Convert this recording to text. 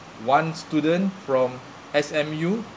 one student from S_M_U